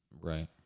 Right